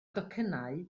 docynnau